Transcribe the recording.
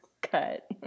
Cut